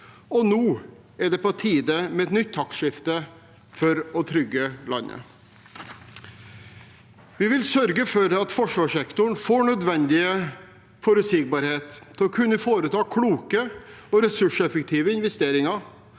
Nå er det på tide med et nytt taktskifte for å trygge landet. Vi vil sørge for at forsvarssektoren får nødvendig forutsigbarhet til å kunne foreta kloke og ressurseffektive investeringer